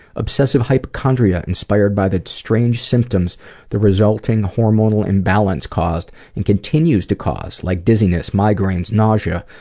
obsessive hypochondria inspired by the strange symptoms the resulting hormonal imbalance caused and continues to cause like dizziness, migraines, nausea,